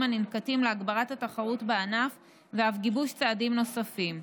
הננקטים להגברת התחרות בענף ואף גיבוש צעדים נוספים.